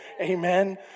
Amen